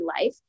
life